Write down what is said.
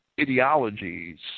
ideologies